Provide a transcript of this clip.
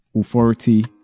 authority